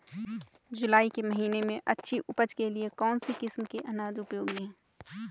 जुलाई के महीने में अच्छी उपज के लिए कौन सी किस्म के अनाज उपयोगी हैं?